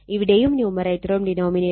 ഇവിടെയും ന്യുമറേറ്ററും ഡിനോമിനേറ്ററും 8